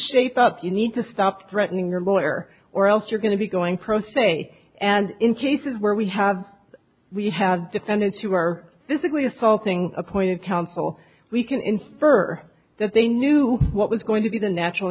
shape up you need to stop threatening your lawyer or else you're going to be going pro se and in cases where we have we have defendants who are physically assaulting appointed counsel we can infer that they knew what was going to be the natural